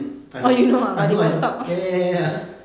(mm)i know I know I kno~ ya ya ya ya ya